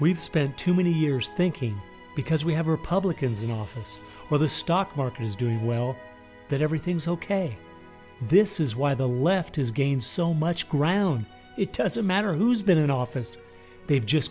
we've spent too many years thinking because we have republicans in office where the stock market is doing well but everything's ok this is why the left has gained so much ground it doesn't matter who's been in office they've just